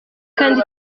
kandi